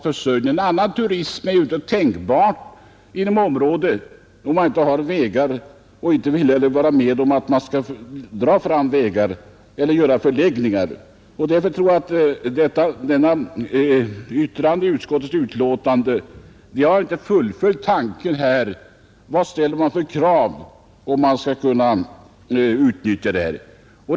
Någon annan turism är inte tänkbar inom området, om det inte finns vägar och man inte vill vara med om att dra fram vägar eller anordna förläggningar. Man har inte fullföljt tanken i utskottets utlåtande. Vilka krav ställs, om man skall utnyttja området?